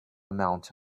mountain